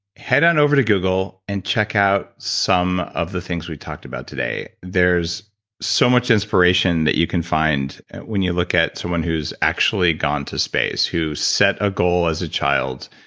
head on over to google and check out some of the things we've talked about today. there's so much inspiration that you can find when you look at someone who's actually gone to space, who set a goal as a child,